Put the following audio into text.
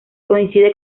coincide